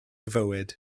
fywyd